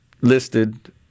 listed